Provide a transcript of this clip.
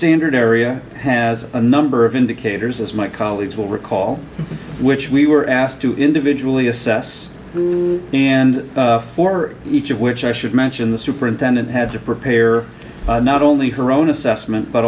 standard area has a number of indicators as my colleagues will recall which we were asked to individually assess and for each of which i should mention the superintendent had to prepare not only her own assessment but